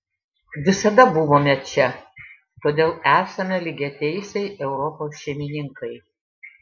visada buvome čia todėl esame lygiateisiai europos šeimininkai